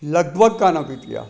लॻभॻि कान पीती आहे